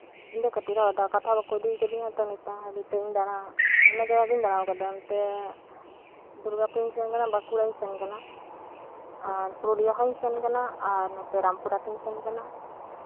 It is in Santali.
ᱤᱧ ᱫᱚ ᱚᱠᱟ ᱛᱮᱦᱚᱸ ᱵᱟᱠᱚ ᱤᱫᱤ ᱠᱟᱫᱤᱧᱟ ᱱᱤᱛᱚᱜ ᱦᱟᱹᱵᱤᱡᱛᱮ ᱟᱭᱢᱟ ᱡᱟᱭᱜᱟᱧ ᱫᱟᱬᱟ ᱟᱠᱟᱫᱟ ᱱᱚᱛᱮ ᱫᱩᱨᱜᱟᱯᱩᱨ ᱤᱧ ᱥᱮᱱ ᱠᱟᱱᱟ ᱵᱟᱸᱠᱩᱲᱟᱧ ᱥᱮᱱ ᱠᱟᱱᱟ ᱯᱩᱨᱩᱞᱤᱭᱟ ᱦᱚᱧ ᱥᱮᱱ ᱠᱟᱱᱟ ᱟᱨ ᱱᱚᱛᱮ ᱨᱟᱢᱯᱩᱨ ᱦᱟᱴ ᱦᱚᱧ ᱥᱮᱱ ᱠᱟᱱᱟ